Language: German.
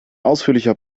ausführlicher